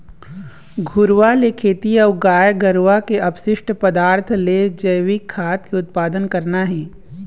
घुरूवा ले खेती अऊ गाय गरुवा के अपसिस्ट पदार्थ ले जइविक खाद के उत्पादन करना हे